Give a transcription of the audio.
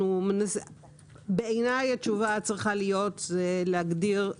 בעיניי, התשובה היא להגדיר,